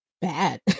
bad